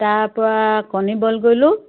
তাৰ পৰা কণী বইল কৰিলোঁ